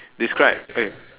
describe